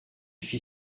fit